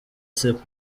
c’est